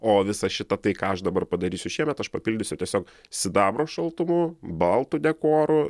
o visą šitą tai ką aš dabar padarysiu šiemet aš papildysiu tiesiog sidabro šaltumu baltu dekoru